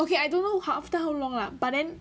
okay I don't know after how long lah but then